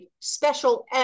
special